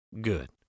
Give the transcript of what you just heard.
good